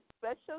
special